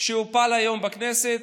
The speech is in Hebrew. שהופל היום בכנסת,